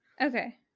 Okay